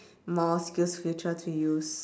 more skills future to use